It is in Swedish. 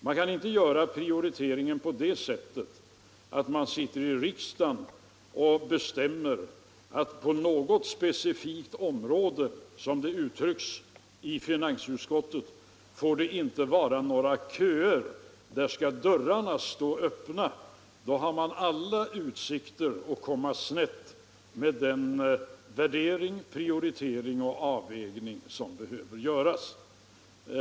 Man kan inte göra en prioritering på det sättet, att man sitter i riksdagen och bestämmer att på något specifikt område, som det uttrycks av finansutskottet, får det inte vara några köer, där skall dörrarna stå öppna. Gör man så har man alla utsikter att komma snett med den värdering, prioritering och avvägning som behöver göras.